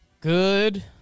Good